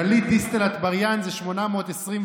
גלית דיסטל אטבריאן זה 829,